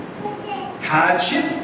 hardship